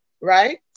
right